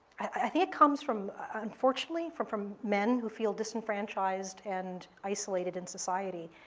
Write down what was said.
i think it comes from, unfortunately, from from men who feel disenfranchised and isolated in society,